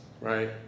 right